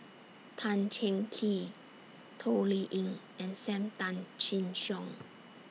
Tan Cheng Kee Toh Liying and SAM Tan Chin Siong